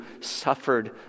suffered